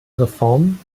reform